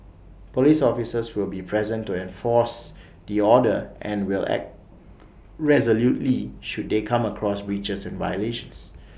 Police officers will be present to enforce the order and will act resolutely should they come across breaches and violations